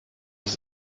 ist